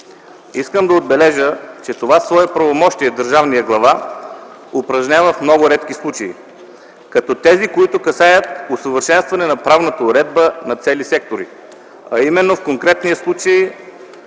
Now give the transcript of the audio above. Искам да отбележа, че това свое правомощие държавният глава упражнява в много редки случаи, като тези, които касаят усъвършенстване на правната уредба на цели сектори, а именно в конкретния случай